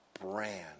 brand